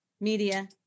media